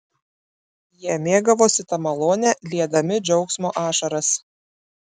jie mėgavosi ta malone liedami džiaugsmo ašaras